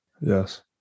Yes